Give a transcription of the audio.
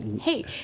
hey